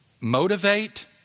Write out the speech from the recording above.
motivate